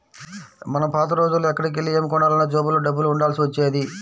మనం పాత రోజుల్లో ఎక్కడికెళ్ళి ఏమి కొనాలన్నా జేబులో డబ్బులు ఉండాల్సి వచ్చేది